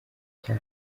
cya